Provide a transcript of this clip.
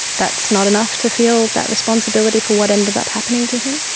that's not enough to feel that responsibility for what ended up happening to him?